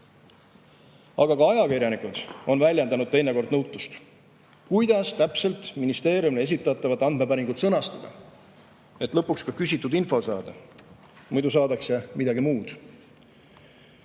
Ka ajakirjanikud on väljendanud teinekord nõutust, kuidas täpselt ministeeriumile esitatavat andmepäringut sõnastada, et lõpuks ka küsitud infot saada. Muidu saadetakse midagi muud.